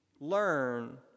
learn